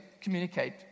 communicate